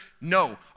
No